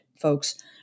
folks